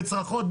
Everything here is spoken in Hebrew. בצרחות,